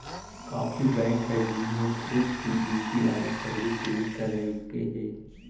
काफी बैंक हैं जिन्होंने खुद की यू.पी.आई सर्विस शुरू करकई हे